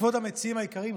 כבוד המציעים היקרים,